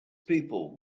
people